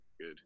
good